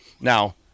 Now